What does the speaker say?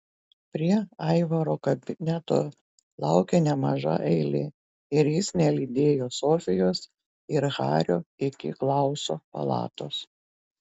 prie aivaro kabineto laukė nemaža eilė ir jis nelydėjo sofijos ir hario iki klauso palatos